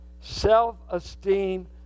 Self-esteem